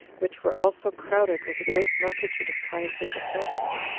which were also crowded with a great multitude of caius's attendants,